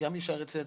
בשערי צדק.